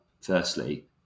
firstly